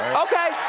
um okay,